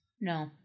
no